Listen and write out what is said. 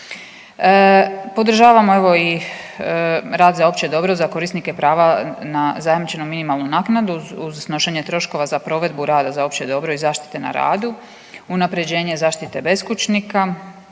Podržavam evo i rad za opće dobro, za korisnike prava na zajamčenu minimalnu naknadu uz snošenje troškova za provedbu rada za opće dobro i zaštite na radu, unapređenje zaštite beskućnika,